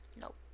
Nope